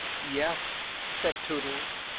yes, said tootles,